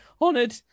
honored